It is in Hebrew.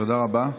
תודה רבה.